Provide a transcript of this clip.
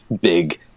big